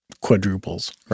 quadruples